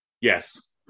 Yes